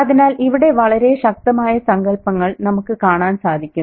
അതിനാൽ ഇവിടെ വളരെ ശക്തമായ സങ്കൽപ്പങ്ങൾ നമുക്ക് കാണാൻ സാധിക്കും